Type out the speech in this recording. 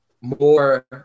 more